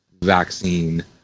vaccine